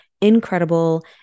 incredible